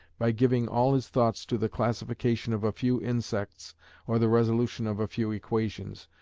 by giving all his thoughts to the classification of a few insects or the resolution of few equations,